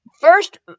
first